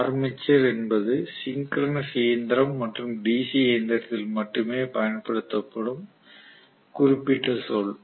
armature என்பது synchronous இயந்திரம் மற்றும் டிசி இயந்திரத்தில் மட்டுமே பயன்படுத்தப்படும் குறிப்பிட்ட சொல்